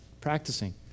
practicing